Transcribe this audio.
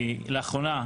לאחרונה,